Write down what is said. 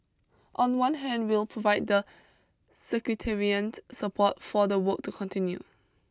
on one hand we'll provide the secretariat support for the work to continue